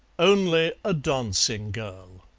only a dancing girl